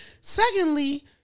Secondly